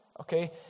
Okay